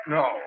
no